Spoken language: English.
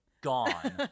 gone